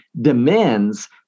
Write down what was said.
demands